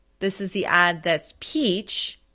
this is the ad that's peach.